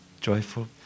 joyful